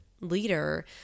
leader